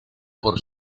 por